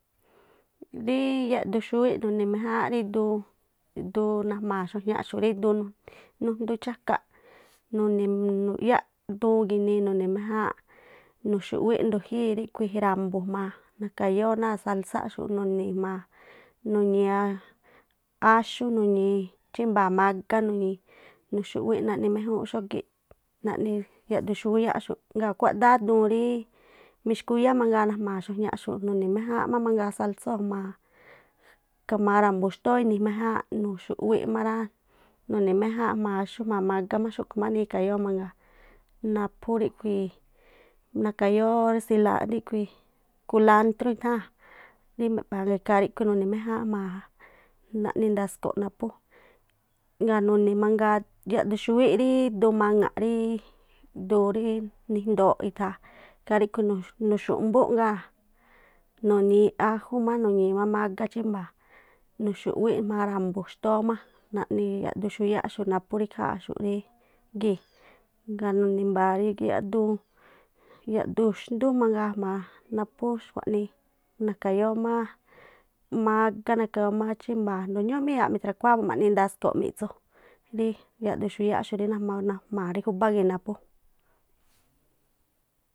Ríí yaꞌdu xúwíꞌ nuni̱ méjáánꞌ rí duun, duun najma̱a̱ xuajñaꞌxu̱ꞌ rí duun nújndú chákaꞌ duun gi̱nii mu̱ni̱ méjáánꞌ, nuxu̱wíꞌ ndujíi̱ ríꞌkhui̱ ra̱mbu̱ jma̱a ikhayóó ná̱a salsáxu̱ nuni̱i̱ jma̱a nuni̱a áxú nuñii̱ chímba̱a̱ mágá nu̱ñii̱ nuxu̱ꞌwí naꞌni méjúúnꞌ xógí naꞌni yaꞌdu xúwiáꞌxu̱ꞌ. Ŋgaa̱ kuádáá duun rí mixkuiyá mnagaa najma̱a̱ xuajñaꞌxu̱ꞌ nu̱ni̱ méjáánꞌ má mangaa sálsóo̱ jma̱a kama rambu̱ xtóó ini̱ méjáánꞌ nuxu̱ꞌwíꞌ má rá, nuni̱ méjáánꞌ jm̱a̱a mágá xúꞌkhui̱ má nii kayóó mangaa naphú ríkhui̱i̱ naka̱yóó silaa ríꞌkhui̱i̱ kulántrú itháa̱n rí meꞌpha̱a̱ ngaa̱ ikhaa ríꞌkhui̱ nuni̱ méjáánꞌ jma̱a ja naꞌni ndasko naphú. Ngaa̱ nuni̱ mangaa yaꞌdu xúwíꞌ rí duu maŋaꞌ rí duu ríí duu ríí nijndooꞌ ikhaa ríꞌkhui̱ nu̱xu̱mbúꞌ ngaa̱ nunii̱ ájú má nu̱nii̱ má mágá chí́mba̱a̱, nuxu̱ꞌwíꞌ jm̱aa ra̱mbu̱ xtóó má, naꞌni yaꞌdu xúyáꞌxu̱ naphú rí ikháa̱nꞌxu̱ naphú rí ikháa̱nꞌxu̱ rí gii̱. Ngaa̱ nuni̱ i̱mba̱ rí yaꞌduun yaꞌdú xndú mangaa jma̱a má xkua̱ꞌnii nakayóó má mágá naka̱yóó má chímba̱a̱ a̱njdo̱o̱ ñúú má iyaaꞌ mi̱trhakuáá bu mu̱ ma̱ꞌni ndasko̱ꞌmi̱ꞌtsu rí yaꞌdu xúyáxu̱ꞌ rí najma̱a̱ náa̱ júbá gii̱ rí naphú.